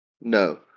No